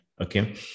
Okay